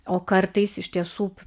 o kartais iš tiesų